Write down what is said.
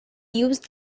use